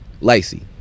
lacy